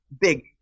big